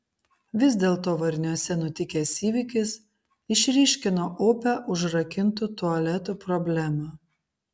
vis dėlto varniuose nutikęs įvykis išryškino opią užrakintų tualetų problemą